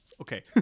okay